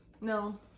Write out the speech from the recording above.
No